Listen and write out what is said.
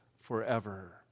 forever